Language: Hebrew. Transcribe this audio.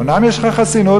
אומנם יש לך חסינות,